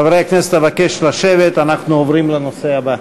חברי הכנסת, אבקש לשבת, אנחנו עוברים לנושא הבא.